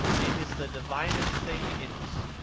it is the divinest thing in us.